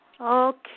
Okay